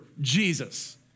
Jesus